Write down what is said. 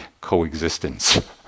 coexistence